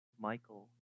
Michael